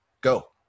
go